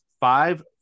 five